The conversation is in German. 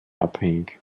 abhängig